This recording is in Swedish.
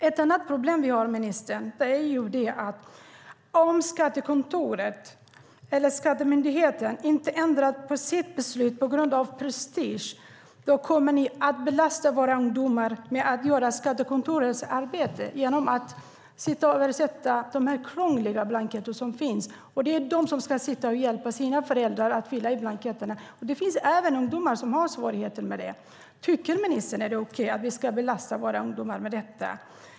Ett annat problem vi har är att om Skatteverket inte ändrar på sitt beslut på grund av prestige kommer man att belasta våra ungdomar med att göra skattekontorets arbete. De får nämligen sitta och översätta de krångliga blanketter som finns. Det blir de som får sitta och hjälpa sina föräldrar att fylla i blanketterna. Det finns även ungdomar som har svårigheter med det. Tycker ministern att det är okej att vi ska belasta våra ungdomar med detta?